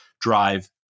drive